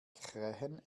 krähen